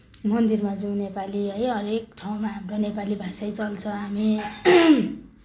मन्दिरमा जाउँ नेपाली है हरेक ठाउँमा हाम्रो नेपाली भाषै चल्छ हामी